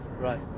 Right